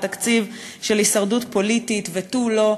תקציב של הישרדות פוליטית ותו לא,